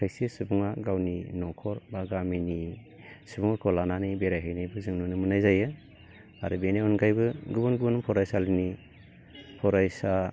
खायसे सुबुङा गावनि न'खर बा गामिनि सुबुंफोरखौ लानानै बेराय हैनायखौ जों नुनो मोननाय जायो आरो बेनि अनगायैबो गुबुन गुबुन फरायसालिनि फरायसा